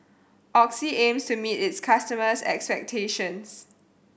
Oxy aims to meet its customers' expectations